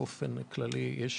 באופן כללי, יש